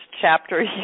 chapter